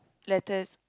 letters